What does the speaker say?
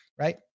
right